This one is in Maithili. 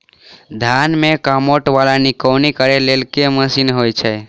धान मे कमोट वा निकौनी करै लेल केँ मशीन होइ छै?